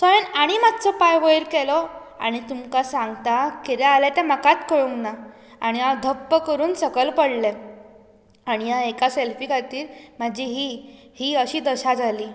so हांवें आनी मात्सो पांय वयर केलो आनी तुमकां सांगतां कितें जालें तें म्हाकाच कळूंक ना आनी हांव धप्प करून सकयल पळ्ळें आनी ह्या एका सॅल्फी खातीर म्हजी ही ही अशी दशा जाली